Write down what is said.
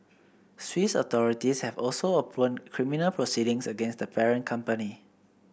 Swiss authorities have also opened criminal proceedings against the parent company